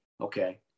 Okay